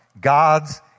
God's